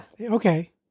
Okay